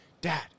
Dad